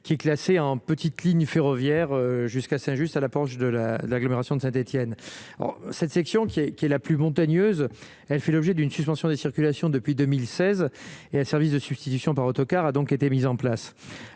qui est classé en petites lignes ferroviaires jusqu'à Saint-Just, à l'approche de la l'agglomération de Saint-Étienne, cette section qui est, qui est la plus montagneuse, elle fait l'objet d'une suspension des circulation depuis 2016 et un service de substitution par autocar a donc été mis en place